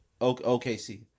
OKC